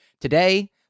today